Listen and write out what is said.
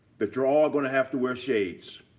that you're all going to have to wear shades.